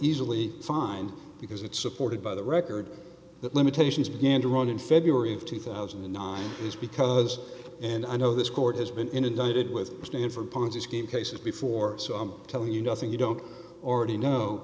easily find because it's supported by the record that limitations began to run in february of two thousand and nine is because and i know this court has been inundated with stanford ponzi scheme cases before so i'm telling you nothing you don't already know